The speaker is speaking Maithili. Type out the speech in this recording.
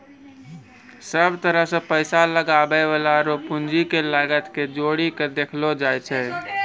सब तरह से पैसा लगबै वाला रो पूंजी के लागत के जोड़ी के देखलो जाय छै